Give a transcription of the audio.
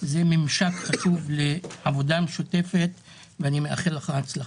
זה ממשק חשוב לעבודה משותפת ואני מאחל לך הצלחה.